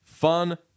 Fun